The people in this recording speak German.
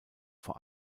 vor